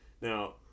Now